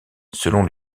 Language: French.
selon